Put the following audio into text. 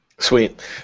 Sweet